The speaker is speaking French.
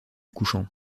couchant